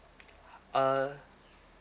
uh